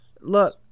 Look